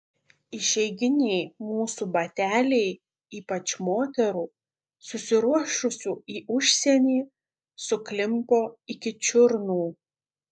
išeiginiai mūsų bateliai ypač moterų susiruošusių į užsienį suklimpo iki čiurnų